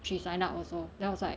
she sign up also then I was like